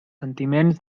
sentiments